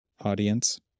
audience